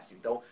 Então